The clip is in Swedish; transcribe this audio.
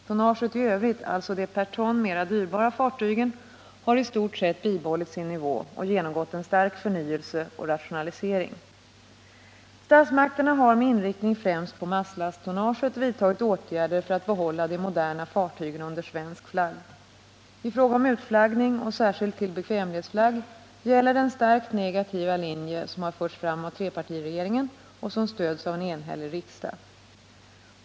Tonnaget i övrigt — alltså de per ton mera dyrbara fartygen — har i stort sett bibehållit sin nivå och genomgått en stark förnyelse och rationalisering. Statsmakterna har med inriktning främst på masslasttonnaget vidtagit åtgärder för att behålla de moderna fartygen under svensk flagg. I fråga om utflaggning och särskilt till bekvämlighetsflagg gäller den starkt negativa linje som har förts fram av trepartiregeringen och som stöds av en enhällig riksdag.